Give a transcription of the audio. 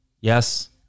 Yes